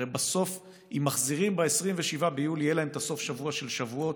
הרי בסוף אם מחזירים ב-27 במאי יהיה להם סוף השבוע של שבועות,